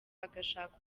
agashaka